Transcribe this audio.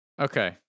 Okay